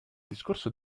discorso